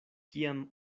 kiam